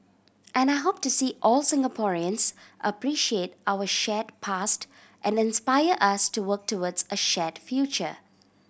and I hope to see all Singaporeans appreciate our shared past and inspire us to work towards a shared future